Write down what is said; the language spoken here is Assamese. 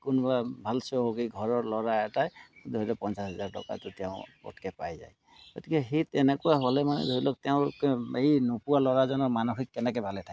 কোনোবা ভাল চহকী ঘৰৰ ল'ৰা এটাই ধৰি লওক পঞ্চাছ হাজাৰ টকাটো তেওঁ পতকৈ পাই যায় গতিকে সেই তেনেকুৱা হ'লে মানে ধৰি লওক তেওঁ এই নোপোৱা ল'ৰাজনৰ মানসিক কেনেকৈ ভালে থাকে